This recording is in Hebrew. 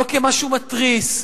לא כמשהו מתריס,